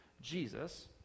Jesus